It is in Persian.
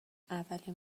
اولین